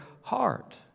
heart